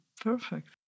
Perfect